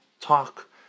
talk